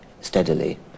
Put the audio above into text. steadily